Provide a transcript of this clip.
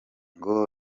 ngo